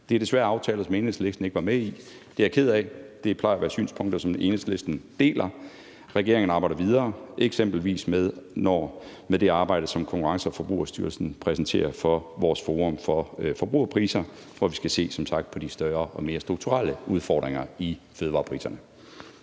Det er desværre aftaler, som Enhedslisten ikke var med i. Det er jeg ked af. Det plejer at være synspunkter, som Enhedslisten deler. Regeringen arbejder videre, eksempelvis med det arbejde, som Konkurrence- og Forbrugerstyrelsen præsenterer for Forum for Forbrugerpriser, hvor vi som sagt skal se på de større og mere strukturelle udfordringer i fødevarepriserne.